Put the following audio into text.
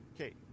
Okay